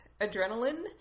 adrenaline